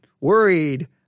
worried